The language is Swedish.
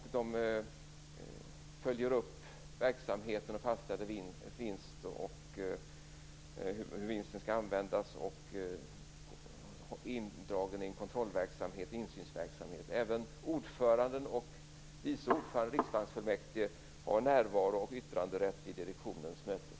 De följer upp verksamheten, fastställer hur vinsten skall användas och är indragna i en kontrollverksamhet och insynsverksamhet. Även ordföranden och vice ordförande i riksbanksfullmäktige har närvaro och yttranderätt vid direktionens möten.